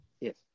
Yes